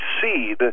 seed